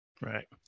right